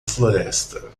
floresta